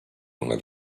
una